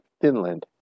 Finland